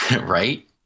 Right